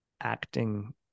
acting